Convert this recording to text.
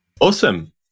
Awesome